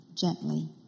gently